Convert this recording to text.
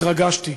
התרגשתי.